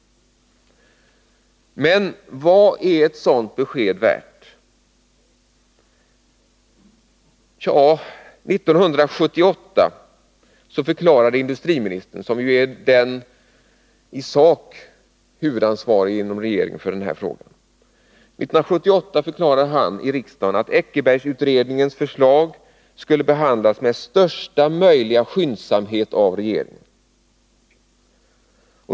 Men vad är ett sådant besked värt? År 1978 förklarade industriministern, som ju är den i sak huvudansvarige inom regeringen för den här frågan, att den Eckerbergska utredningens förslag skulle behandlas med största möjliga skyndsamhet av regeringen.